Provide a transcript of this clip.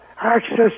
access